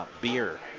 beer